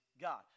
God